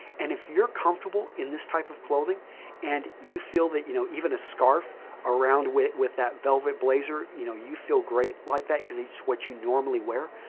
and if you're comfortable in this type of clothing and you feel that you know even a scarf around with with that velvet blazer, you know you feel great like that because it's what you normally wear,